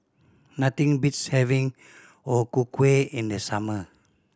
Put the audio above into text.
nothing beats having O Ku Kueh in the summer